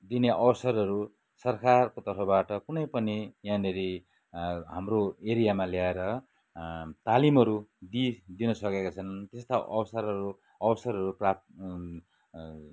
दिने अवसरहरू सरकारकोतर्फबाट कुनै पनि यहाँनेर हाम्रो एरियामा ल्याएर तालिमहरू दिइ दिनसकेका छैनन् त्यस्ता अवसरहरू अवसरहरू प्राप्त